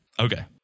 Okay